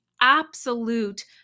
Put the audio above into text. absolute